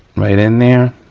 right in there.